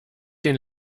den